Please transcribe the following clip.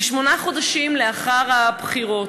כשמונה חודשים לאחר הבחירות.